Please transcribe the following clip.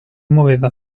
muoveva